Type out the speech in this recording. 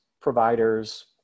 providers